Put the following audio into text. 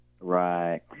Right